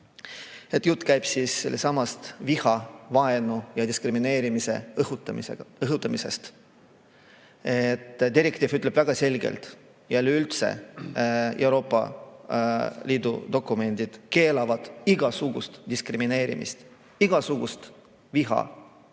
Jutt käib sellestsamast viha, vaenu ja diskrimineerimise õhutamisest. Direktiiv ütleb väga selgelt ja üleüldse Euroopa Liidu dokumendid keelavad igasuguse diskrimineerimise, igasuguse viha